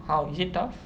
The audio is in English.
how is it tough